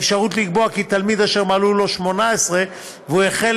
האפשרות לקבוע כי תלמיד אשר מלאו לו 18 והוא החל